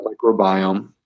microbiome